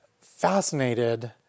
fascinated